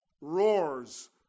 roars